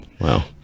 Wow